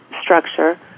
structure